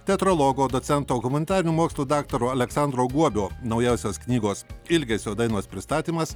teatrologo docento humanitarinių mokslų daktaro aleksandro guobio naujausios knygos ilgesio dainos pristatymas